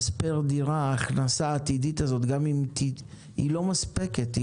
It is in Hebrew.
אז פר דירה, ההכנסה העתידית הזאת היא לא מספקת.